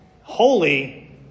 holy